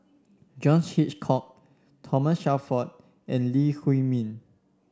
John Hitchcock Thomas Shelford and Lee Huei Min